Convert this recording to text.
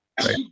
right